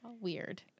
Weird